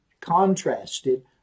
contrasted